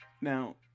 Now